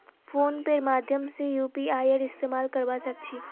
phone पेर माध्यम से यूपीआईर इस्तेमाल करवा सक छी